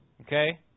okay